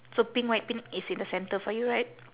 so pink white pink is in the center for you right